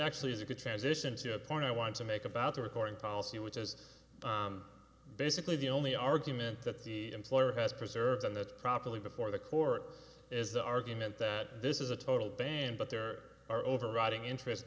actually is a good transition to a point i want to make about the recording policy which is basically the only argument that the employer has preserved and that's properly before the court is the argument that this is a total ban but there are overriding interest